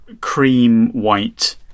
cream-white